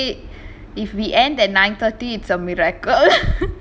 friday if we end at nine thirty it's a miracle